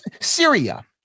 syria